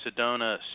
Sedona